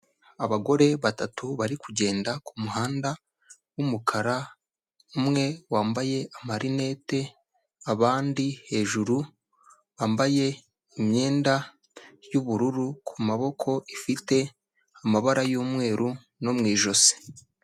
Abagore batatu bari kugenda ku muhanda w'umukara, umwe wambaye amarineti abandi hejuru bambaye imyenda y'ubururu ku maboko ifite amabara y'umweru no mu ijosi.